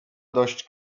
dość